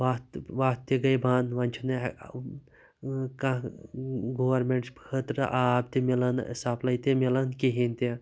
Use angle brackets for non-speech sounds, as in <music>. وَتھ وَتھ تہِ گٔے بَنٛد وۄنۍ چھِنہٕ ہیٚکان کانٛہہ گورمیٚنٹ چھِ <unintelligible> آب تہِ میلان سَپلاے تہِ میلان کہیٖنۍ تہِ